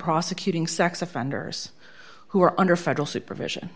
prosecuting sex offenders who are under federal supervision